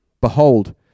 Behold